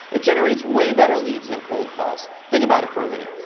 it generates way better leads than cold calls. think about it for a minute.